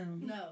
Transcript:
No